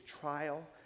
trial